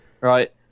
right